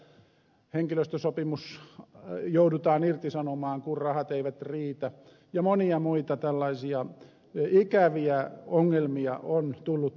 samaten uudessa jyväskylässä henkilöstösopimus joudutaan irtisanomaan kun rahat eivät riitä ja monia muita tällaisia ikäviä ongelmia on tullut esiin